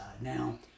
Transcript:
Now